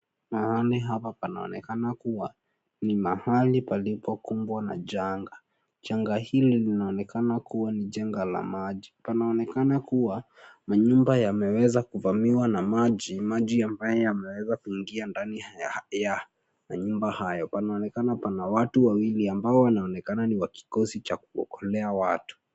Mahali hapa panaonekana kuwa ni mahali palipokumbwa na janga. Janga hili linaonekana kuwa ni janga la maji. Panaonekana kuwa manyumba yameweza kuvamiwa na maji, maji ambayo yameweza kuingia ndani ya manyumba hayo. Panaonekana pana watu wawili ambao wanaonekana ni wa kikosi cha kuokolea watu.